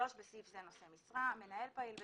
(3)בסעיף זה, "נושא משרה" מנהל פעיל בתאגיד,